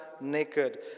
naked